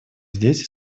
здесь